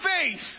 faith